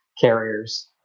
carriers